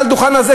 מעל הדוכן הזה,